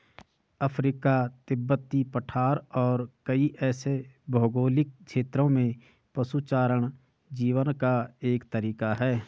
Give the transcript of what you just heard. Africa, तिब्बती पठार और कई ऐसे भौगोलिक क्षेत्रों में पशुचारण जीवन का एक तरीका है